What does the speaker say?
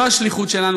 זאת השליחות שלנו,